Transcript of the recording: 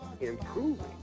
improving